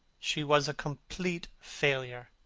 she was a complete failure.